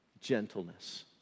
gentleness